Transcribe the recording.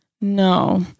No